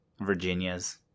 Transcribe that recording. Virginias